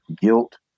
guilt